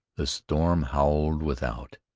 the storm howled without.